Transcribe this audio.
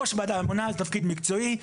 ראש ועדה ממונה זה תפקיד מקצועי.